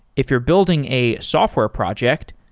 if you're building a software project,